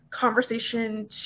conversation